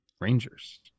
Rangers